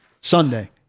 Sunday